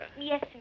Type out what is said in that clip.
Yes